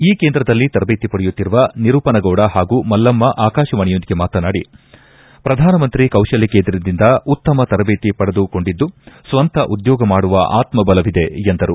ಈ ಕೇಂದ್ರದಲ್ಲಿ ತರಬೇತಿ ಪಡೆಯುತ್ತಿರುವ ನಿರೂಪನಗೌಡ ಹಾಗೂ ಮತ್ತು ಮಲ್ಲಮ್ನ ಆಕಾಶವಾಣಿಯೊಂದಿಗೆ ಮಾತನಾಡಿ ಪ್ರಧಾನ ಮಂತ್ರಿ ಕೌಶಲ್ಯ ಕೇಂದ್ರದಿಂದ ಉತ್ತಮ ತರಬೇತಿ ಪಡೆದುಕೊಂಡಿದ್ದು ಸ್ವಂತ ಉದ್ಯೋಗ ಮಾಡುವ ಆತ್ಮ ಬಲವಿದೆ ಎಂದರು